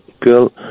girl